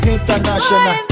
International